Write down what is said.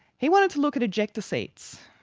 he wanted to look at ejector seats.